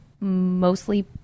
mostly